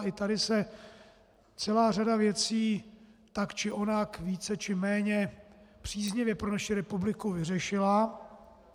I tady se celá řada věcí tak či onak více či méně příznivě pro naši republiku vyřešila.